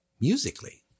Musically